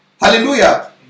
Hallelujah